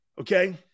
Okay